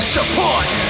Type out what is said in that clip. Support